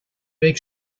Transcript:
make